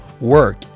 work